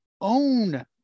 own